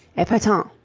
epatant!